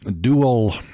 dual